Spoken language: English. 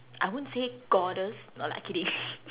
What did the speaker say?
I won't say goddess no lah kidding